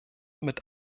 mit